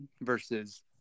versus